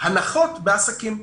הנחות בעסקים.